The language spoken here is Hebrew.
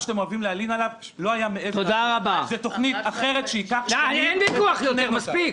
אין לי כוח יותר,